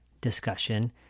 discussion